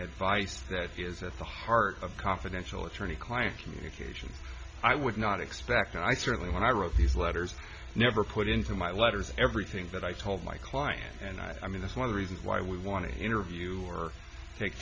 advice that is at the heart of confidential attorney client communications i would not expect and i certainly when i wrote these letters never put into my letters everything that i told my client and i mean that's one reason why we want to interview or take